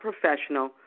professional